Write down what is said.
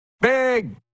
Big